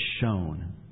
shown